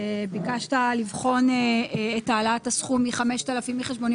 ט' (מסים), למעט סעיפים